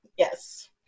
Yes